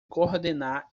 coordenar